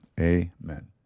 Amen